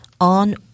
on